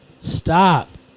Stop